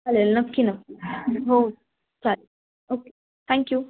चालेल नक्की नक्की हो चालेल ओके थँक्यू